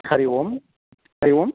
हरिः ओं हरिः ओम्